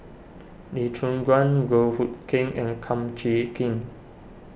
Lee Choon Guan Goh Hood Keng and Kum Chee Kin